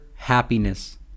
happiness